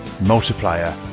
Multiplier